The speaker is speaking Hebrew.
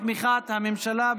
בתמיכת הממשלה.